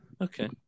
Okay